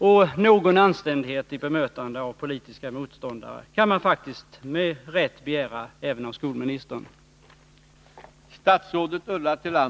Och någon anständighet i bemötandet av politiska motståndare kan man faktiskt med rätta begära även av skolministern.